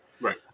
right